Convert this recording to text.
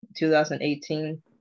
2018